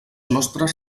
nostres